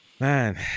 Man